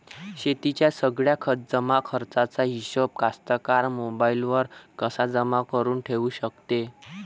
शेतीच्या सगळ्या जमाखर्चाचा हिशोब कास्तकार मोबाईलवर कसा जमा करुन ठेऊ शकते?